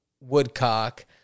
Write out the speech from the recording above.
Woodcock